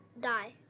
die